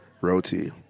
Roti